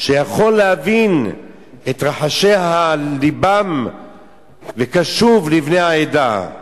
שיכול להבין את רחשי לבם וקשוב לבני העדה,